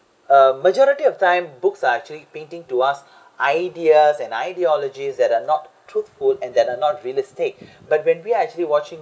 uh majority of time books actually painting to us ideas and ideologies that are not truthful and then are not realistic but when we're actually watching